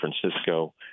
Francisco